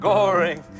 Goring